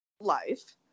Life